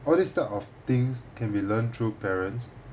all these type of things can be learned through parents